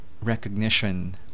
recognition